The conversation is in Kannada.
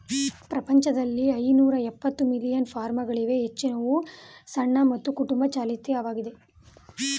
ಪ್ರಪಂಚದಲ್ಲಿ ಐನೂರಎಪ್ಪತ್ತು ಮಿಲಿಯನ್ ಫಾರ್ಮ್ಗಳಿವೆ ಹೆಚ್ಚಿನವು ಸಣ್ಣ ಮತ್ತು ಕುಟುಂಬ ಚಾಲಿತವಾಗಿದೆ